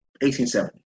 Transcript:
1870